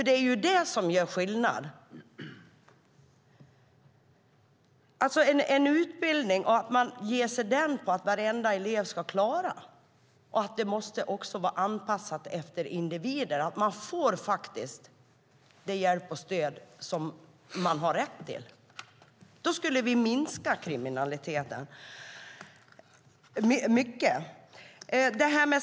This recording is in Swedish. Det är det som gör skillnad. Om man ger sig den på att varenda elev ska klara sin utbildning måste den också vara anpassad efter individen, och man måste faktiskt få den hjälp och det stöd som man har rätt till. Då skulle vi minska kriminaliteten mycket.